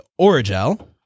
Origel